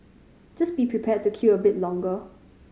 just be prepared to queue a bit longer